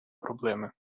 проблеми